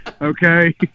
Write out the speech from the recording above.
okay